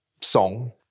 song